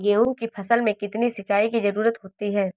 गेहूँ की फसल में कितनी सिंचाई की जरूरत होती है?